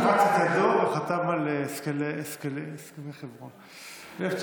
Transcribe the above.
הוא לחץ את ידו וחתם על הסכמי חברון ב-1998.